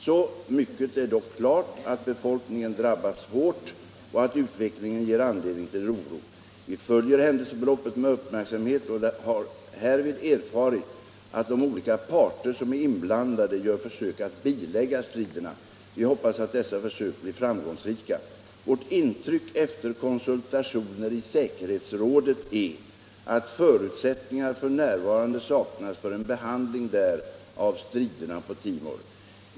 Så mycket är dock kiart att befolkningen drabbats hårt och att utvecklingen ger anledning till oro. V: följer händelseförloppet med uppmärksamhet och har härvid erfarit att de olika parter som är inblandade gör försök att bilägga striderna. Vi hoppas att dessa försök blir framgångsrika. Vårt intryck efter konsultationer i säkerhetsrådet är att förutsättningar f.n. saknas för en behandling där av striderna på Timor.